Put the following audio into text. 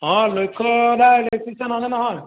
অঁ লক্ষ্য দা ইলেক্ট্ৰিচিয়ান হয় নে নহয়